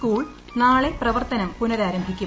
school നാളെ പ്രവർത്തനം പുനരാരംഭിക്കും